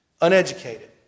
uneducated